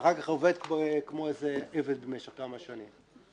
ואחר כך עובד כמו עבד במשך כמה שנים.